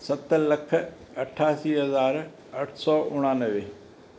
सत लख अठासी हज़ार अठ सौ उणानवे